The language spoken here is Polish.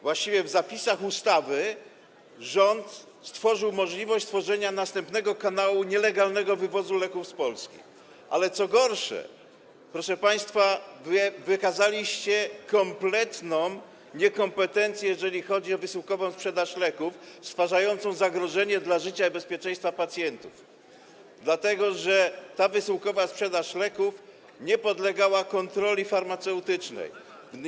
W zapisach ustawy rząd dał możliwość stworzenia następnego kanału nielegalnego wywozu leków z Polski, ale, co gorsza, proszę państwa, wykazaliście się całkowitą niekompetencją, jeżeli chodzi o wysyłkową sprzedaż leków, stwarzającą zagrożenie dla życia i bezpieczeństwa pacjentów, dlatego że ta wysyłkowa sprzedaż leków nie podlega kontroli farmaceutycznej.